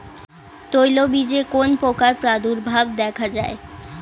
তৈলবীজে কোন পোকার প্রাদুর্ভাব দেখা যায়?